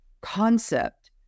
concept